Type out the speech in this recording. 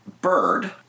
bird